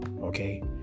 okay